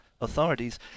authorities